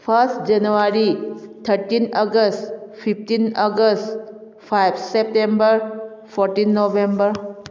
first January thirteen August fifteen August five September fifteen November